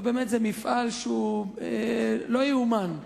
זה מפעל שלא ייאמן.